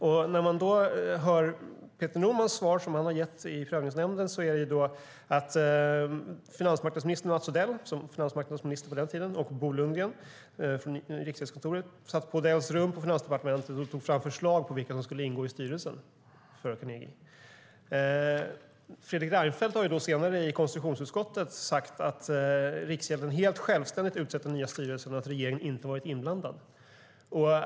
Det svar som Peter Norman har gett i Prövningsnämnden är att Mats Odell, som var finansmarknadsminister på den tiden, och Bo Lundgren från Riksgäldskontoret satt på Odells rum på Finansdepartementet och tog fram förslag på vilka som skulle ingå i styrelsen för Carnegie. Fredrik Reinfeldt har senare i konstitutionsutskottet sagt att Riksgälden helt självständigt utsett den nya styrelsen och att regeringen inte varit inblandad.